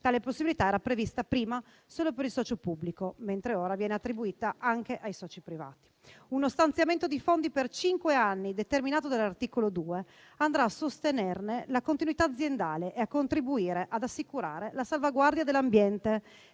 Tale possibilità era prevista prima solo per il socio pubblico, mentre ora viene attribuita anche ai soci privati. Uno stanziamento di fondi per cinque anni, determinato dall'articolo 2, andrà a sostenerne la continuità aziendale e a contribuire ad assicurare la salvaguardia dell'ambiente